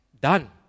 done